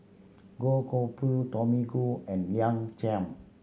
Goh Koh Pui Tommy Koh and Liang Chiam